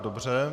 Dobře.